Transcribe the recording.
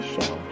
Show